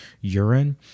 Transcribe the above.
urine